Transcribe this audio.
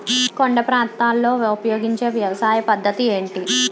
కొండ ప్రాంతాల్లో ఉపయోగించే వ్యవసాయ పద్ధతి ఏంటి?